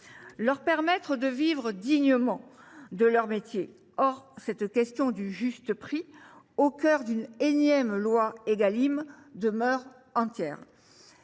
leur permettre de vivre dignement de leur métier. Or cette question du juste prix, au cœur d’une énième loi Égalim, demeure entière.